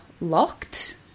locked